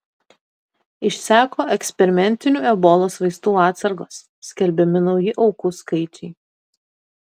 išseko eksperimentinių ebolos vaistų atsargos skelbiami nauji aukų skaičiai